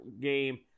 game